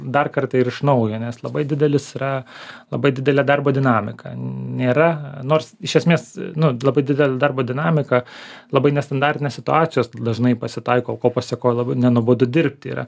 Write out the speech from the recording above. dar kartą ir iš naujo nes labai didelis yra labai didelė darbo dinamika nėra nors iš esmės nu labai didelė darbo dinamika labai nestandartinės situacijos dažnai pasitaiko ko pasekoj labai nenuobodu dirbti yra